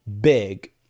big